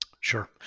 Sure